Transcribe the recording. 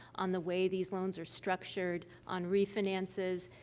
on the way these loans are structured, on refinances.